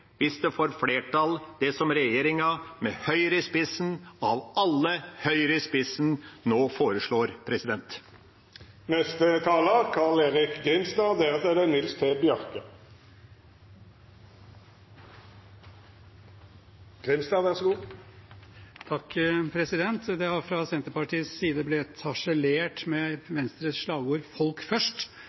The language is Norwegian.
hvis det som regjeringa – med Høyre, av alle, i spissen – nå foreslår, får flertall. Det har fra Senterpartiets side blitt harselert med Venstres slagord «Folk først».